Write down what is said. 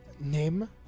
name